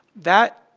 that,